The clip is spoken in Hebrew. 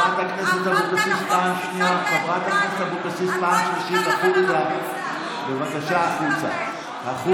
(קוראת בשם חבר הכנסת) יריב לוין, נגד בבקשה לשבת.